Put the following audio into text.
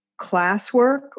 classwork